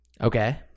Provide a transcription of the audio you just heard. Okay